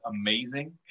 amazing